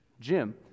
Jim